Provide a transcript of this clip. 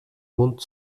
mund